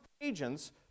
agents